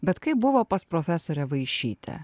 bet kaip buvo pas profesorę vaišytę